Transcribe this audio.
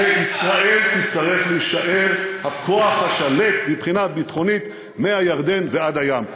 וישראל תצטרך להישאר הכוח השליט מבחינה ביטחונית מהירדן ועד הים.